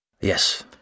Yes